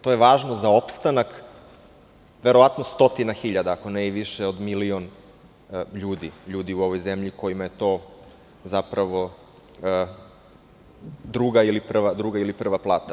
To je važno za opstanak verovatno stotine hiljada, ako ne više i od milion ljudi u ovoj zemlji, kojima je to zapravo druga ili prva plata.